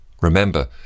Remember